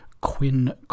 Quinn